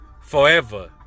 forever